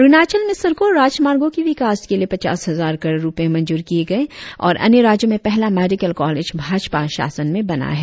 अरुणाचल में सड़को और राजमार्गो के विकास के लिए पचास हजार करोड़ रुपये मजूंर किये गये और अन्य राज्यों में पहला मेडिकल कॉलेज भाजपा शासन में ही बना है